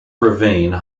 ravine